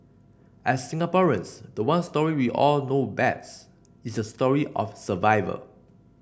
as Singaporeans the one story we all know best is the story of survival